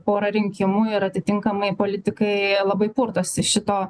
pora rinkimų ir atitinkamai politikai labai purtosi šito